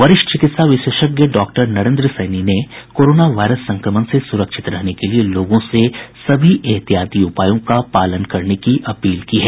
वरिष्ठ चिकित्सा विशेषज्ञ डॉक्टर नरेंद्र सैनी ने कोरोनो वायरस संक्रमण से सुरक्षित रहने के लिए लोगों से सभी एहतियाती उपायों का पालन करने की अपील की है